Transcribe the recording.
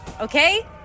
Okay